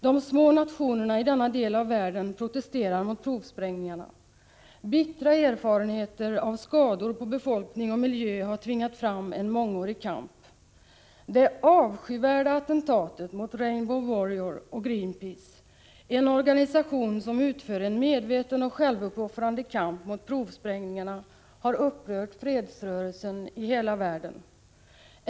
De små nationerna i denna del av världen protesterar mot provsprängningarna. Bittra erfarenheter av skador på befolkning och miljö har tvingat fram en mångårig kamp. Det avskyvärda attentatet mot Rainbow Warrior och Greenpeace, en organisation som utför en medveten och självuppoffrande kamp mot provsprängningarna, har upprört fredsrörelsen i hela världen.